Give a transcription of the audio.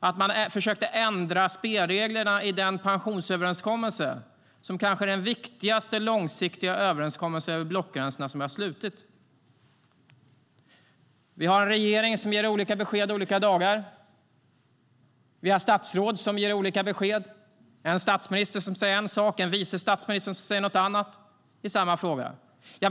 att man försökte ändra spelreglerna i den pensionsöverenskommelse som kanske är den viktigaste långsiktiga överenskommelse över blockgränserna som vi har slutit. Vi har en regering som ger olika besked olika dagar. Vi har statsråd som ger olika besked. Vi har en statsminister som säger en sak och en vice statsminister som säger något annat i samma fråga.